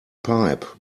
pipe